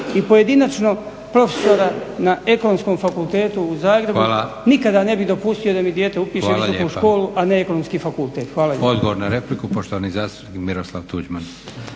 i pojedinačno profesora na Ekonomskom fakultetu u Zagrebu, nikada ne bi dopustio da mi dijete upiše visoku školu a ne ekonomski fakultet.